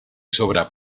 sobra